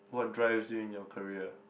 what drives you in your career